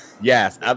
yes